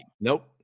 Nope